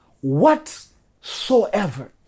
whatsoever